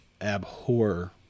abhor